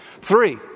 Three